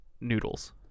noodles